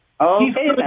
Okay